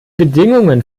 bedingungen